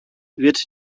wird